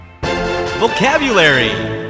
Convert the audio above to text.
Vocabulary